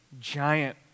giant